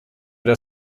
der